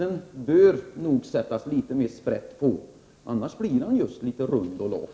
Det bör nog sättas litet mer sprätt på kapitalisten, annars blir han just litet rund och lat.